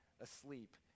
asleep